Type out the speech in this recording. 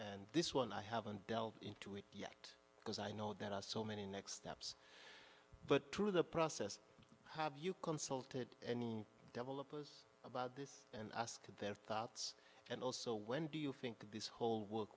and this one i haven't delved into it because i know there are so many next steps but through the process have you consulted any developers about this and ask their thoughts and also when do you think this whole wor